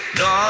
no